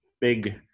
big